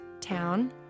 town